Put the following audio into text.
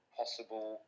possible